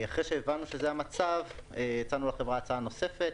אחרי שהבנו שזה המצב, הצענו לחברה הצעה נוספת